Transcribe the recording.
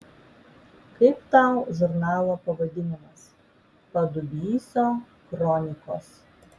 kaip tau žurnalo pavadinimas padubysio kronikos